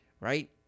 right